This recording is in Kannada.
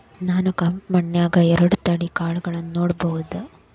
ನಾನ್ ಕೆಂಪ್ ಮಣ್ಣನ್ಯಾಗ್ ಎರಡ್ ತಳಿ ಕಾಳ್ಗಳನ್ನು ನೆಡಬೋದ?